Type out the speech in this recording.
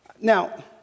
Now